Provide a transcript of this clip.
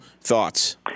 Thoughts